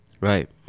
right